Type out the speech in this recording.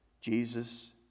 jesus